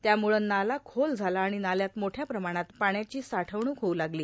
त्यामुळं नाला खोल झाला आणि नाल्यात मोठ्या प्रमाणात पाण्याची साठवणूक होऊ लागली